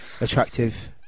attractive